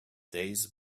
days